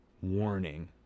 warning